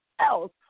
else